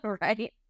right